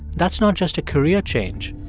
that's not just a career change.